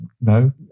No